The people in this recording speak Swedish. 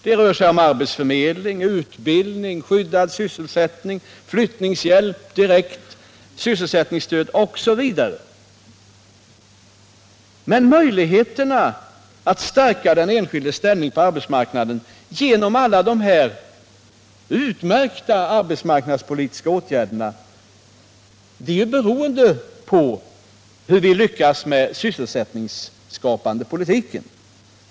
Det rör sig om arbetsförmedling, utbildning, skyddad sysselsättning, flyttningshjälp, direkt sysselsättningsstöd osv. Men möjligheterna att stärka den enskildes ställning på arbetsmarknaden genom alla dessa utmärkta arbetsmarknadspolitiska åtgärder är beroende på hur vi lyckas med den sysselsättningsskapande politiken.